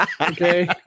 okay